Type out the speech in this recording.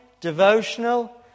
devotional